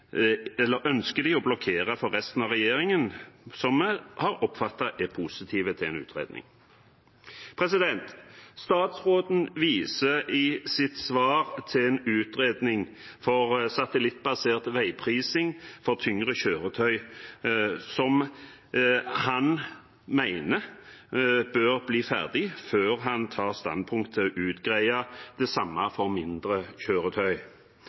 å blokkere for resten av regjeringen, som vi har oppfattet er positive til en utredning. Statsråden viser i sitt svar til en utredning for satellittbasert veiprising for tyngre kjøretøy, som han mener bør bli ferdig før han tar standpunkt om å utrede det samme for mindre kjøretøy.